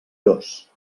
dos